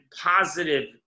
positive